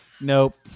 Nope